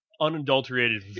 unadulterated